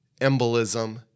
embolism